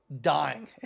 dying